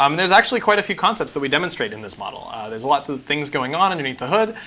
um there's actually quite a few concepts that we demonstrate in this model. there's a lot of things going on underneath the hood,